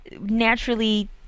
naturally